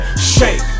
shake